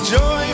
Joy